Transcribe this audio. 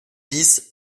dix